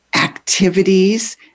activities